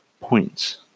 points